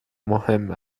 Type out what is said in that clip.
مهم